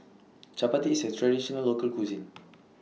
Chappati IS A Traditional Local Cuisine